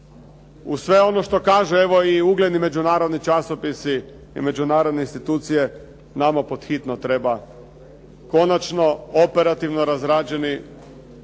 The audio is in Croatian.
uz sve ono što kaže evo i ugledni međunarodni časopisi i međunarodne institucije nama pod hitno treba konačno operativno razrađeni